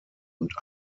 und